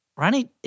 Ronnie